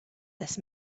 this